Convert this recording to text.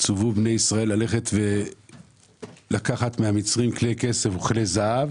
צוו בני ישראל ללכת ולקחת מהמצרים כלי כסף וכלי זהב